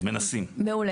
מעולה.